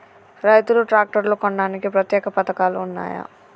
రైతులు ట్రాక్టర్లు కొనడానికి ప్రత్యేక పథకాలు ఉన్నయా?